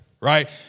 right